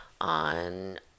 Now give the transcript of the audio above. on